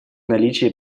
наличие